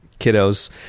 kiddos